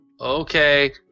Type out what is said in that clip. Okay